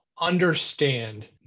understand